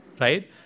right